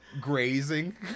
grazing